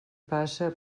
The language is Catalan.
passa